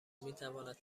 میتواند